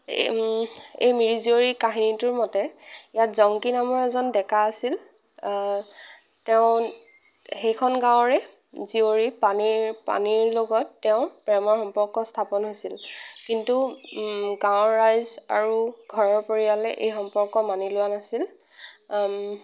এই মিৰি জীয়ৰী কাহিনীটোৰ মতে ইয়াত জংকী নামৰ এজন ডেকা আছিল তেওঁ সেইখন গাঁৱৰে জীয়ৰী পানৈ পানৈৰ লগত তেওঁ প্ৰেমৰ সম্পৰ্ক স্থাপন হৈছিল কিন্তু গাঁৱৰ ৰাইজ আৰু ঘৰৰ পৰিয়ালে এই সম্পৰ্ক মানি লোৱা নাছিল